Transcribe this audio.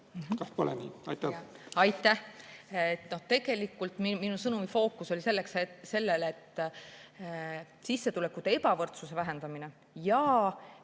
Aitäh! Tegelikult oli minu sõnumi fookus sellel, et sissetulekute ebavõrdsuse vähendamine ja